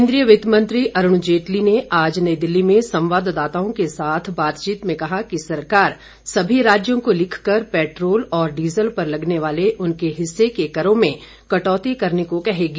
केंद्रीय वित्तमंत्री अरुण जेटली ने आज नई दिल्ली में संवाददाताओं के साथ बातचीत में कहा कि सरकार सभी राज्यों को लिखकर पैट्रोल और डीजल पर लगने वाले उनके हिस्से के करों में कटौती करने को कहेगी